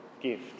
gift